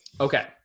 Okay